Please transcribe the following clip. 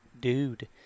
dude